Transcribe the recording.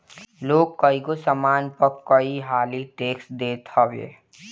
लोग कईगो सामान पअ कई हाली टेक्स देत हवे